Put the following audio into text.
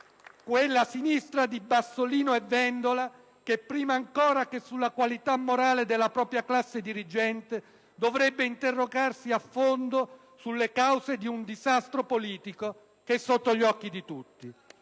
quella sinistra di Bassolino e Vendola, che prima ancora che sulla qualità morale della propria classe dirigente, dovrebbe interrogarsi a fondo sulle cause di un disastro politico che è sotto gli occhi di tutti.